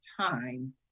time